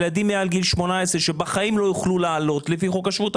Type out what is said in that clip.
ילדים מעל גיל 18 שבחיים לא יוכלו לעלות לפי חוק השבות,